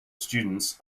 students